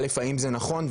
א׳- האם זה נכון?